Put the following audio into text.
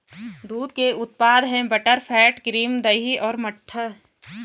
दूध के उत्पाद हैं बटरफैट, क्रीम, दही और मट्ठा